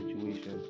situation